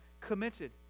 committed